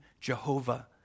Jehovah